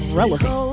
relevant